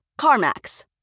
CarMax